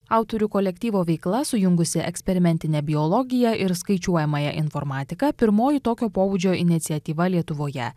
autorių kolektyvo veikla sujungusi eksperimentinę biologiją ir skaičiuojamąją informatiką pirmoji tokio pobūdžio iniciatyva lietuvoje